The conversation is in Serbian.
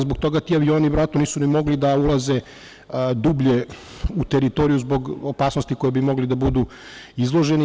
Zbog toga ti avioni nisu mogli da ulaze dublje u teritoriju zbog opasnosti kojoj bi mogli da budu izloženi.